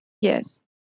Yes